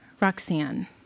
Roxanne